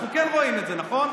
אנחנו כן רואים את זה, נכון?